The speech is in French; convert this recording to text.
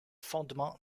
fondements